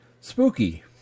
spooky